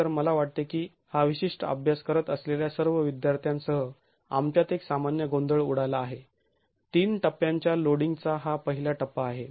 तर मला वाटते की हा विशिष्ट अभ्यास करत असलेल्या सर्व विद्यार्थ्यांसह आमच्यात एक सामान्य गोंधळ उडाला आहे तीन टप्प्यांच्या लोडिंग चा हा पहिला टप्पा आहे